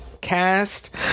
Cast